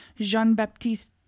Jean-Baptiste